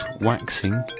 waxing